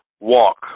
Walk